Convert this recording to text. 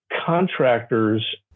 Contractors